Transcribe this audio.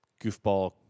goofball